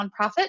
nonprofit